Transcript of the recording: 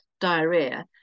diarrhea